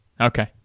Okay